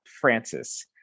Francis